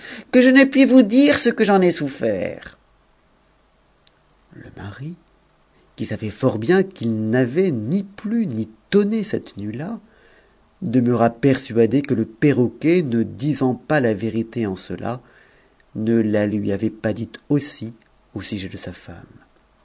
que je ne puis vous dire ce que j'en ai souffert le mari qui savait fort bien qu'il n'avait ni plu ni tonné cette nuit-là demeura persuadé que le perroquet ne disant pas la vérité en cela ne la lui avait pas dite aussi au sujet de sa femme